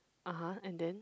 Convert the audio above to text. (uh huh) and then